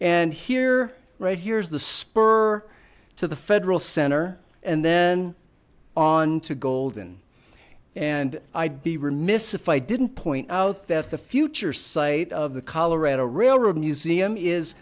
and here right here is the spur to the federal center and then on to golden and i'd be remiss if i didn't point out that the future site of the colorado railroad museum is